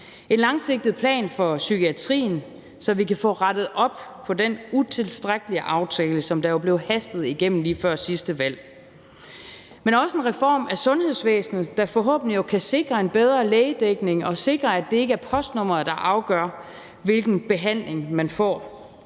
en langsigtet plan for psykiatrien, så vi kan få rettet op på den utilstrækkelige aftale, der jo blev hastet igennem lige før sidste valg, men også en reform af sundhedsvæsenet, der forhåbentlig kan sikre en bedre lægedækning og sikre, at det ikke er postnummeret, der afgør, hvilken behandling man får,